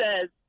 says